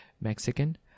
Mexican